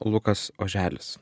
lukas oželis